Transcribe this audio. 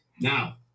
Now